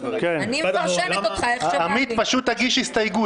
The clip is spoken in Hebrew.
אני פשוט משוכנעת שיש דרך לקיים דיון בכנסת בלי לסמן קבוצות